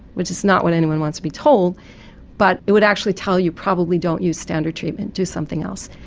which is not what anyone wants to be told but it would actually tell you probably don't use standard treatment, do something else.